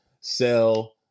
sell